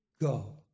go